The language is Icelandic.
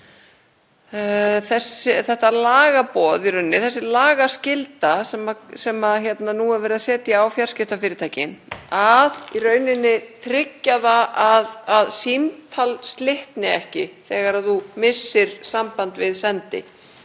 þetta lagaboð, þessi lagaskylda sem nú er verið að setja á fjarskiptafyrirtækin, að tryggja að símtal slitni ekki þegar þú missir samband við sendi.